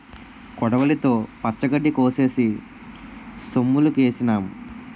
కొడవలితో పచ్చగడ్డి కోసేసి సొమ్ములుకేసినాం